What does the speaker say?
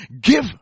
Give